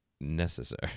necessary